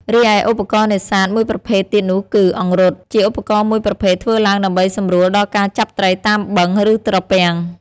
រីឯឧបករណ៍នេសាទមួយប្រភេទទៀតនោះគឹ អង្រុត ជាឧបករណ៍មួយប្រភេទធ្វើឡើងដើម្បីសម្រួលដល់ការចាប់ត្រីតាមបឹង ឬត្រពាំង។